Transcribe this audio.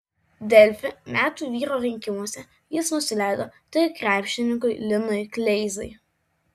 delfi metų vyro rinkimuose jis nusileido tik krepšininkui linui kleizai